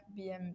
BMW